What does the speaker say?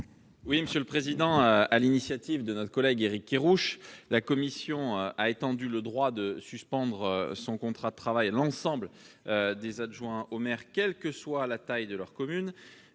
la commission ? Sur l'initiative de notre collègue Éric Kerrouche, la commission a étendu le droit de suspendre son contrat de travail à l'ensemble des adjoints au maire, indépendamment de la taille de leur commune.